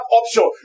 option